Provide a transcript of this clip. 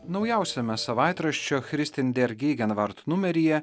naujausiame savaitraščio christindergeigenvart numeryje